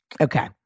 Okay